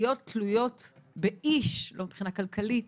וזאת מבלי להיות תלויות באיש לא מבחינה כלכלית